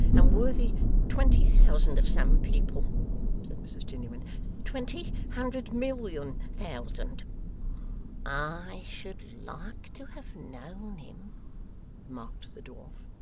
and worthy twenty thousand of some people said mrs jiniwin twenty hundred million thousand i should like to have known him remarked the dwarf.